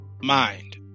mind